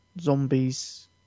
zombies